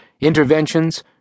interventions